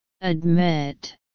Admit